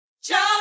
Jump